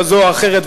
כזאת או אחרת,